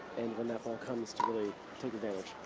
and when that ball comes to really take advantage.